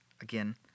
again